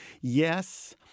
yes